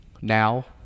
now